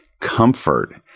comfort